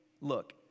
look